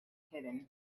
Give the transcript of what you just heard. hidden